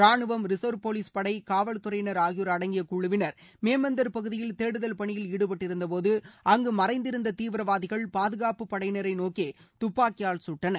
ரானுவம் reserve police படை காவல்துறையினர் ஆகியோர் அடங்கிய குழுவினர் மேமந்தர் பகுதியில் தேடுதல் பணியில் ஈடுபட்டிருந்த போது அங்கு மறைந்திருந்த தீவிரவாதிகள் பாதுகாப்பு படையினரை நோக்கி துப்பாக்கியால் கட்டனர்